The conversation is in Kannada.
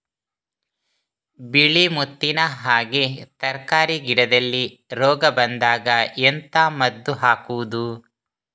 ಬಿಳಿ ಮುತ್ತಿನ ಹಾಗೆ ತರ್ಕಾರಿ ಗಿಡದಲ್ಲಿ ರೋಗ ಬಂದಾಗ ಎಂತ ಮದ್ದು ಹಾಕುವುದು?